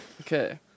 Okay